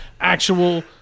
actual